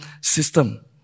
system